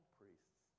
priests